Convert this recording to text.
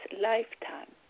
lifetime